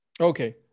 Okay